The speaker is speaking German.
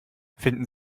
finden